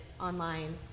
online